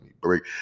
Break